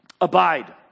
Abide